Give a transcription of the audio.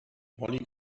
molly